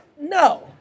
no